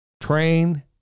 Train